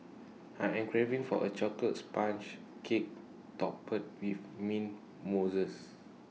I am craving for A Chocolate Sponge Cake Topped with Mint Mousse